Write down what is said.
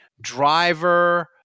driver